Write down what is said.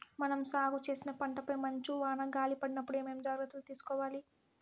మనం సాగు చేసిన పంటపై మంచు, వాన, గాలి పడినప్పుడు ఏమేం జాగ్రత్తలు తీసుకోవల్ల?